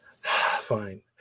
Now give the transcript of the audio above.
fine